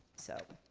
so,